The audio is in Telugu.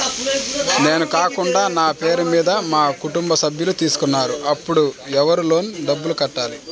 నేను కాకుండా నా పేరు మీద మా కుటుంబ సభ్యులు తీసుకున్నారు అప్పుడు ఎవరు లోన్ డబ్బులు కట్టాలి?